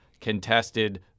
contested